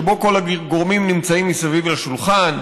שבו כל הגורמים נמצאים מסביב לשולחן.